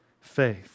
faith